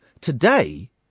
Today